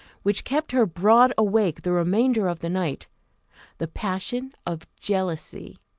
which kept her broad awake the remainder of the night the passion of jealousy.